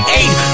eight